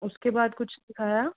उस के बाद कुछ खाया